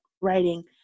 writing